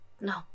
No